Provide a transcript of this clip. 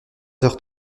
heures